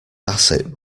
bassett